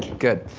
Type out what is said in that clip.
good.